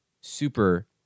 super